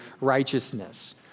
righteousness